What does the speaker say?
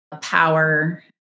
power